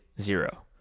zero